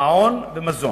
מעון ומזון.